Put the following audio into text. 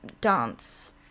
dance